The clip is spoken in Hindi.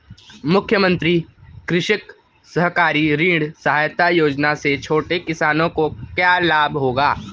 मुख्यमंत्री कृषक सहकारी ऋण सहायता योजना से छोटे किसानों को क्या लाभ होगा?